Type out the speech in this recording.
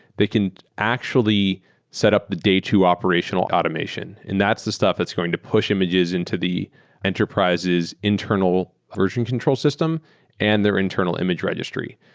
they can actually set up the day two operational automation, and that's the stuff that's going to push images into the enterprise's internal version control system and their internal image registry.